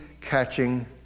catching